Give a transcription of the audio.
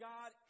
God